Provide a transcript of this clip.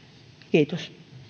kiitos